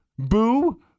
Boo